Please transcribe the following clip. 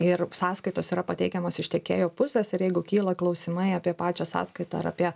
ir sąskaitos yra pateikiamos iš tiekėjo pusės ir jeigu kyla klausimai apie pačią sąskaitą ar apie